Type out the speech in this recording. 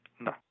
no